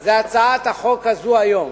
זה הצעת החוק הזאת היום.